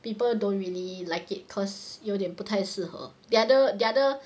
people don't really like it cause 有点不太适合 the other the other